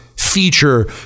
feature